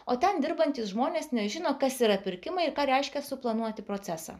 o ten dirbantys žmonės nežino kas yra pirkimai ir ką reiškia suplanuoti procesą